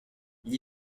gli